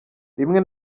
rimwe